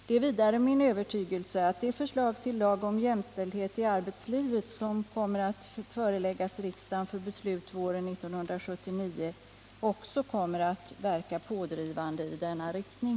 Det är vidare min övertygelse att det förslag till lag om jämställdhet i arbetslivet som kommer att föreläggas riksdagen för beslut våren 1979 också kommer att verka pådrivande i denna riktning.